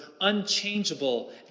unchangeable